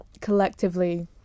collectively